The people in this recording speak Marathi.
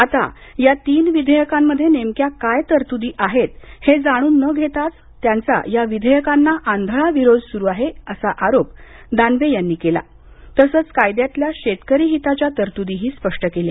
आता या तीन विधेयकांमध्ये नेमक्या काय तरतुदी आहेत हे जाणून न घेताच त्यांचा या विधेयकांना आंधळा विरोध स्रु आहे असा आरोप दानवे यांनी केला तसंच कायद्यातल्या शेतकरी हिताच्या तरतुदीही स्पष्ट केल्या